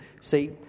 see